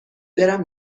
برم